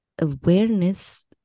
awareness